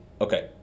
Okay